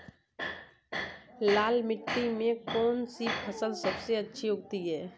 लाल मिट्टी में कौन सी फसल सबसे अच्छी उगती है?